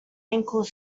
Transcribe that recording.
ankle